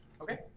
Okay